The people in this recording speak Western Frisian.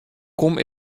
kom